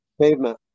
pavement